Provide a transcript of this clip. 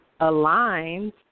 aligns